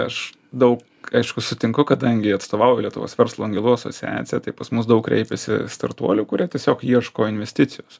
aš daug aišku sutinku kadangi atstovauju lietuvos verslo angelų asociaciją tai pas mus daug kreipiasi startuolių kurie tiesiog ieško investicijos